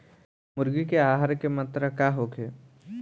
मुर्गी के आहार के मात्रा का होखे?